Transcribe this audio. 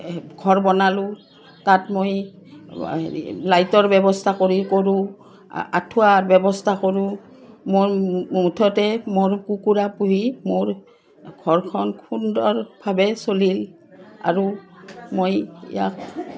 এই ঘৰ বনালোঁ তাত মই হেৰি লাইটৰ ব্যৱস্থা কৰি কৰোঁ আঁঠুৱাৰ ব্যৱস্থা কৰোঁ মই মুঠতে মোৰ কুকুৰা পুহি মোৰ ঘৰখন সুন্দৰভাৱে চলিল আৰু মই ইয়াক